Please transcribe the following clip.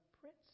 prince